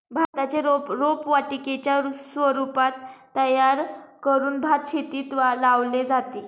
भाताचे रोप रोपवाटिकेच्या स्वरूपात तयार करून भातशेतीत लावले जाते